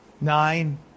nine